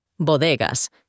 bodegas